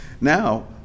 now